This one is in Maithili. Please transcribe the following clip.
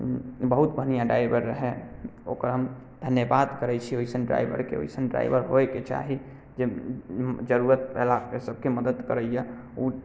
बहुत बढ़िआँ ड्राइवर रहै ओकर हम धन्यवाद करै छी वइसन ड्राइवरके वइसन ड्राइवर होइके चाही जे जरूरत भेलापर सबके मदद करैए